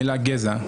המילה "גזע".